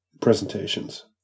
presentations